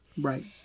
right